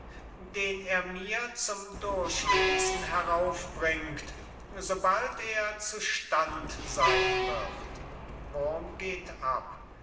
den er mir zum durchlesen heraufbringt sobald er zu stand sein wird